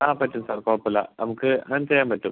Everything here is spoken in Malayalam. ആ പറ്റും സാർ കുഴപ്പം ഇല്ല നമ്മുക്ക് അങ്ങനെ ചെയ്യാൻ പറ്റും